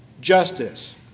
justice